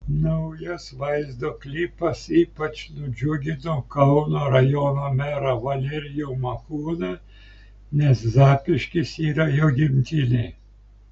naujas vaizdo klipas ypač nudžiugino kauno rajono merą valerijų makūną nes zapyškis yra jo gimtinė